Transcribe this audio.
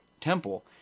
temple